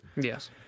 Yes